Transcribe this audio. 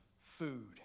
food